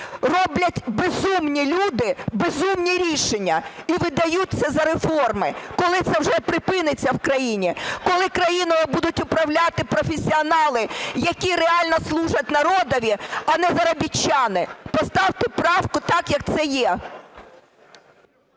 Роблять безумні люди безумні рішення і видають це за реформи. Коли це вже припиниться в країні?! Коли країною будуть управляти професіонали, які реально служать народові, а не заробітчани? Поставте правку так, як це є.